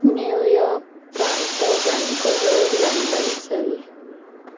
New York Toronto Vancouver London Surrey